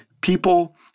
people